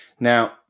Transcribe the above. Now